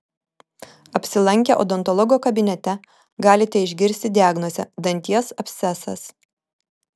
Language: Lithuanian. apsilankę odontologo kabinete galite išgirsti diagnozę danties abscesas